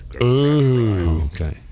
okay